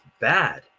bad